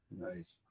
Nice